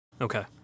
Okay